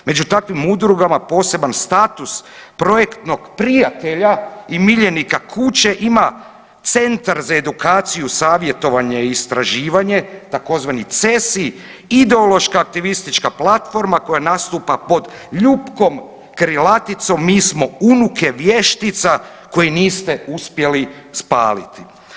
Među takvim udrugama poseban status projektnog prijatelja i miljenika kuće ima Centar za edukaciju, savjetovanje i istraživanje tzv. CESI, ideološka aktivistička platforma koja nastupa pod ljupkom krilaticom „Mi smo unuke vještica koje niste uspjeli spaliti“